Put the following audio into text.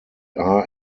are